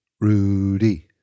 rudy